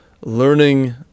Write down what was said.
learning